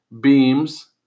beams